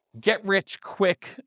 get-rich-quick